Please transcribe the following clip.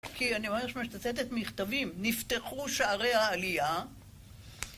כי אני רואה שם שאתה הוצאת את המכתבים נפתחו שערי העלייה